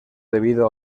debido